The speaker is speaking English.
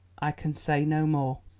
i can say no more.